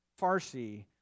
Farsi